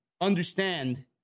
understand